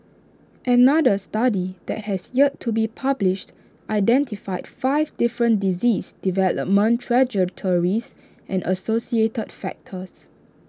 another study that has yet to be published identified five different disease development trajectories and associated factors